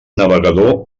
navegador